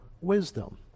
wisdom